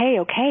okay